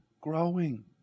growing